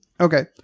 Okay